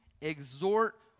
exhort